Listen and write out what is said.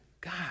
God